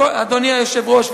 אדוני היושב-ראש,